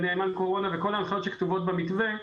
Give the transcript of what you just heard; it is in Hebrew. נאמן קורונה וכל ההנחיות שכתובות במתווה,